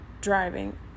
driving